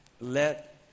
let